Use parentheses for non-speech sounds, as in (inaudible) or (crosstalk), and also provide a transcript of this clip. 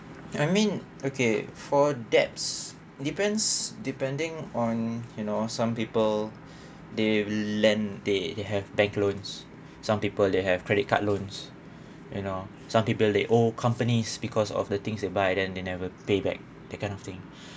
I mean okay for debts depends depending on you know some people they lend they have bank loans some people they have credit card loans you know some people they owe companies because of the things they buy then they never pay back that kind of thing (breath)